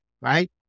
right